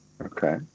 Okay